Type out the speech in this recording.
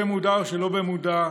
במודע או שלא במודע,